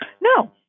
No